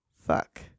fuck